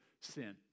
sin